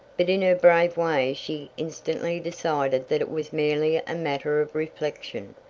but in her brave way she instantly decided that it was merely a matter of reflection,